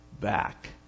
back